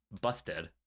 busted